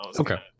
okay